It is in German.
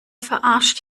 verarscht